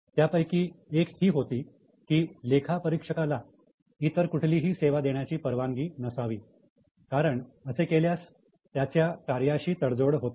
त्यापैकी एक ही होती की लेखा परीक्षकाला इतर कुठलीही सेवा देण्याची परवानगी नसावी कारण असे केल्यास त्यांच्या कार्याशी तडजोड होते